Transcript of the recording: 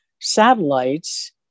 satellites